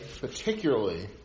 particularly